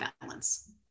balance